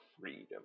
freedom